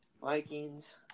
Vikings